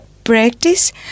practice